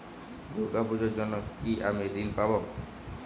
দুর্গা পুজোর জন্য কি আমি ঋণ পাবো?